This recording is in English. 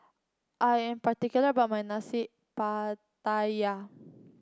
I am particular about my Nasi Pattaya